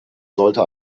sollte